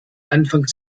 anfang